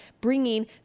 bringing